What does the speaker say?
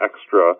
extra